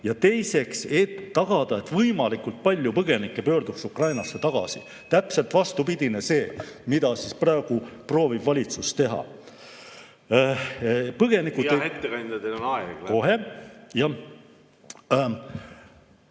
ja teiseks tagada, et võimalikult palju põgenikke pöörduks Ukrainasse tagasi. Täpselt vastupidi sellele, mida praegu proovib valitsus teha. Põgenikud ... Hea ettekandja, teil on aeg läbi. Kohe.